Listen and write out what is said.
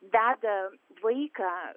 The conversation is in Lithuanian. veda vaiką